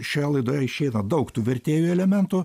šioje laidoje išeina daug tų vertėjų elementų